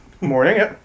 Morning